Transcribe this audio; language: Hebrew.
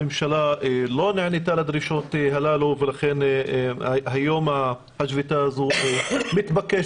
הממשלה לא נענתה לדרישות הללו ולכן השביתה מתבקשת.